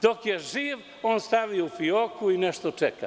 Dok je živ, on stavi u fioku i nešto čeka.